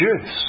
juice